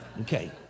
Okay